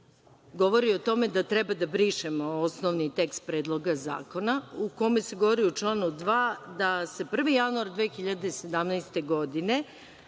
govori o tome da treba da brišemo osnovni tekst predloga zakona, u kome se govori, u članu 2, da se 1. januar 2017. godine